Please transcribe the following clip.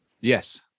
Yes